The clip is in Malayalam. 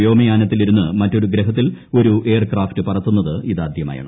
വ്യോമയാനത്തിലിരുന്ന് മറ്റൊരു ഗ്രഹത്തിൽ ഒരു എയർ ക്രാഫ്റ്റ് പറത്തുന്നത് ഇതാദ്യമായാണ്